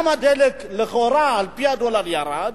גם הדלק, לכאורה, על-פי הדולר, ירד,